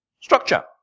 structure